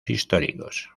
históricos